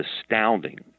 astounding